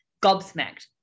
Gobsmacked